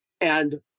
And-